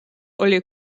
oli